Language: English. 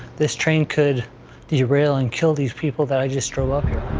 this train could derail and kill these people that i just drove up here.